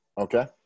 Okay